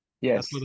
Yes